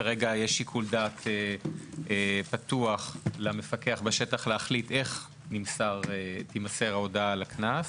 כרגע יש שיקול דעת פתוח למפקח בשטח להחליט איך תימסר ההודעה על הקנס,